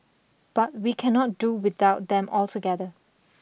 but we cannot do without them altogether